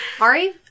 Ari